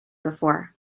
before